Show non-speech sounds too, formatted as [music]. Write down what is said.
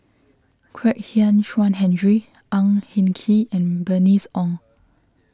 [noise] Kwek Hian Chuan Henry Ang Hin Kee and Bernice Ong